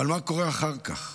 אבל מה קורה אחר כך?